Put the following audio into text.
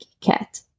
cat